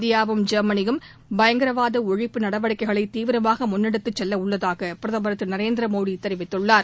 இந்தியாவும் ஜெர்மனியும் பயங்கரவாத ஒழிப்பு நடவடிக்கைகளை தீவிரமாக முன்னெடுத்துச் செல்லவுள்ளதாக பிரதமர் திரு நரேந்திரமோடி தெரிவித்துள்ளார்